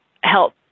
help